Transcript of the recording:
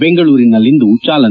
ಬೆಂಗಳೂರಿನಲ್ಲಿಂದು ಚಾಲನೆ